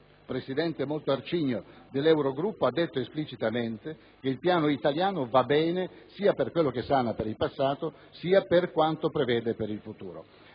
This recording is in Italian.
un presidente molto arcigno dell'Eurogruppo, ha detto esplicitamente che il piano italiano va bene per quello che sana per il passato e per quanto prevede per il futuro.